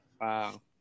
Wow